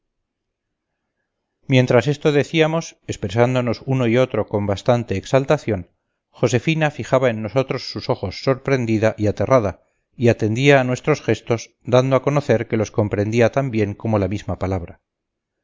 mientras esto decíamos expresándonos uno y otro con bastante exaltación josefina fijaba en nosotros sus ojos sorprendida y aterrada y atendía a nuestros gestos dando a conocer que los comprendía tan bien como la misma palabra